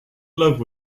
love